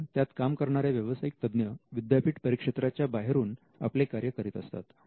कारण त्यात काम करणारे व्यावसायिक तज्ञ विद्यापीठ परिक्षेत्राच्या बाहेरून आपले कार्य करीत असतात